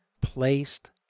placed